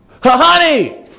Honey